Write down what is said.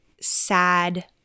sad